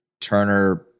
Turner